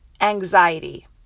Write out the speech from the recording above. anxiety